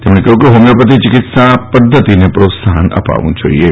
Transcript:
તેમણે કહ્યું કે હોમીયોપેથી ચિકિત્સા પદ્ધતિને પ્રોત્સાહન આપવું જોઈએ